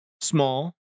small